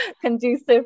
Conducive